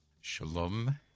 Shalom